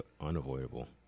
unavoidable